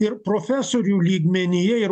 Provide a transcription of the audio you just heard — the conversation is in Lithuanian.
ir profesorių lygmenyje ir